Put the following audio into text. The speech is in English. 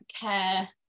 care